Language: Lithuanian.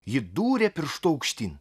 ji dūrė pirštu aukštyn